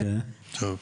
אוקיי, טוב.